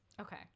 Okay